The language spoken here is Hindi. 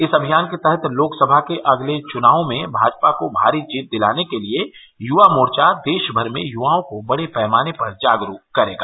इस अभियान के तहत लोकसभा के अगले चुनावों में भाजपा को भारी जीत दिलाने के लिए युवा मोर्चा देशभर में युवाओं को बड़े पैमाने पर जागरूक करेगा